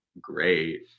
great